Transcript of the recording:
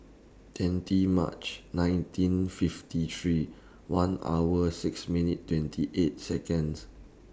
twenty March nineteen fifty three one hour six minute twenty eight Seconds